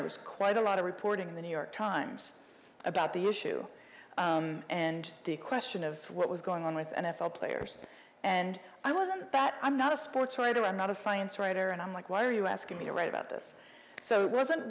it was quite a lot of reporting in the new york times about the issue and the question of what was going on with n f l players and i wasn't that i'm not a sports writer i'm not a science writer and i'm like why are you asking me to write about this so it wasn't